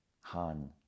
Han